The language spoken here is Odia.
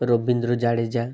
ରବୀନ୍ଦ୍ର ଜାଡ଼େଜା